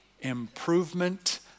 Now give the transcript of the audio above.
improvement